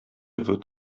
wird